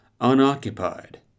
unoccupied